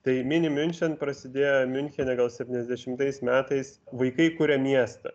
tai mini minimiunšen prasidėjo miunchene gal septyniasdešimtais metais vaikai kuria miestą